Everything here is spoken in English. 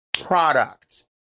product